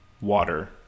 water